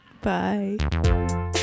Bye